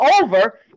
over